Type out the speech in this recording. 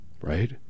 right